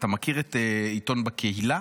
אתה מכיר את העיתון בקהילה?